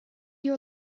your